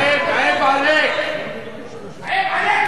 אחרי הטינופת